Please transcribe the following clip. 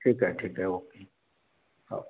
ठीक आहे ठीक आहे ओके हो